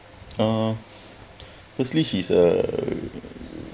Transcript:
uh firstly he is a